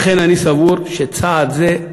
לכן, אני סבור שצעד זה הוא